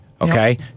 Okay